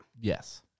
Yes